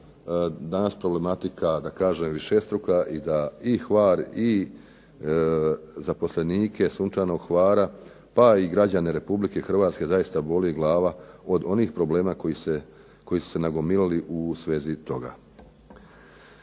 danas problematika višestruka, i da i Hvar i zaposlenike Sunčanog Hvara pa i građane Republike Hrvatske zaista boli glava od onih problema koji su se dogodili u svezi toga.